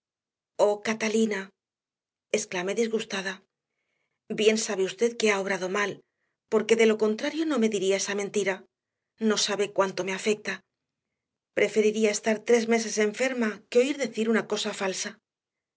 oh catalina exclamé disgustada bien sabe usted que ha obrado mal porque de lo contrario no me diría esa mentira no sabe cuánto me afecta preferiría estar tres meses enferma que oír decir una cosa falsa